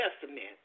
Testament